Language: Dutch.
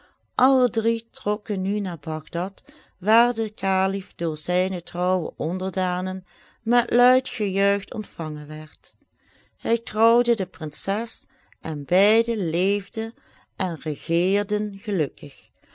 alle drie trokken nu naar bagdad waar de kalif door zijne trouwe onderdanen met luid gejuich ontvangen werd hij trouwde de prinses en beiden leefden en regeerden gelukkig